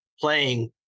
playing